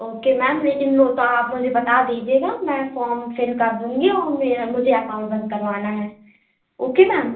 okay ma'am लेकिन वो तो आप मुझे बता दीजिएगा मैं फ़ॉम फ़िल कर दूँगी और मुझे अकाउंट बंद करवाना है ओके मैम